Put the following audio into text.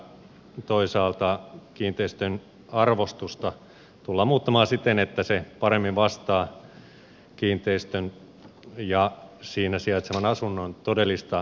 laajennetaan veropohjaa ja toisaalta kiinteistön arvostusta tullaan muuttamaan siten että se paremmin vastaa kiinteistön ja siinä sijaitsevan asunnon todellista arvoa